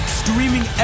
streaming